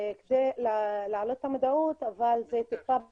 כדי להעלות את המודעות, אבל זה טיפה בים.